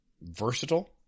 versatile